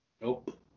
Nope